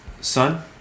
Son